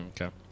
Okay